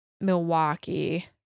Milwaukee